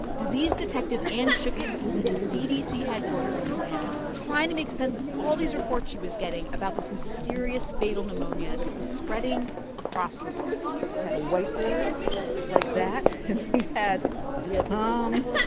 disease detective anne schuchat was at cdc headquarters in atlanta, trying to make sense of all these reports she was getting about this mysterious fatal pneumonia that was spreading across the world we had a whiteboard whiteboard like that. and we had vietnam,